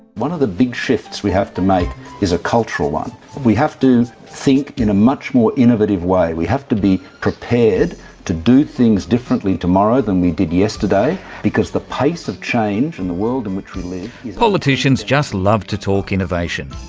one of the big shifts we have to make is a cultural one. we have to think in a much more innovative way, we have to be prepared to do things differently tomorrow than we did yesterday because the pace of change and the world in which we live, antony funnell politicians just love to talk innovation.